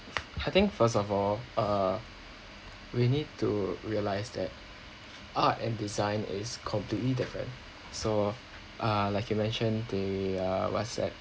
I think first of all uh we need to realize that art and design is completely different so uh like you mention the uh what's that